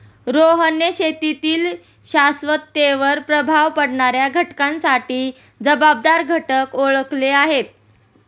रोहनने शेतीतील शाश्वततेवर प्रभाव पाडणाऱ्या घटकांसाठी जबाबदार घटक ओळखले आहेत